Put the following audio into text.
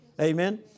Amen